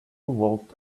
walked